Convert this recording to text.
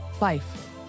life